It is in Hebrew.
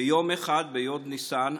ביום אחד בי' בניסן,